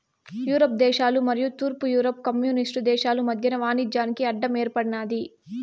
Europe దేశాలు మరియు తూర్పు యూరప్ కమ్యూనిస్టు దేశాలు మధ్యన వాణిజ్యానికి అడ్డం ఏర్పడినాది